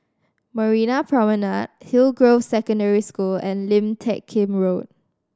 Marina Promenade Hillgrove Secondary School and Lim Teck Kim Road